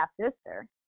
half-sister